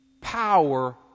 power